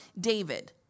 David